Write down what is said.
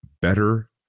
better